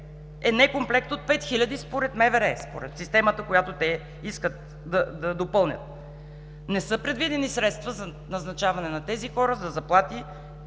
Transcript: е некомплект от 5000 души, според МВР, според системата, която те искат да допълнят. Не са предвидени средства за назначаване на тези хора, за заплати